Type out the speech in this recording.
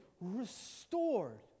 restored